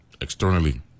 externally